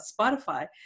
Spotify